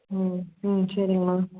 ம் ம் சரிங்மா